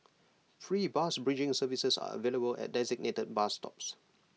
free bus bridging services are available at designated bus stops